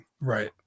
Right